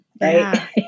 right